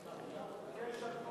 בהחלט תיקון חשוב.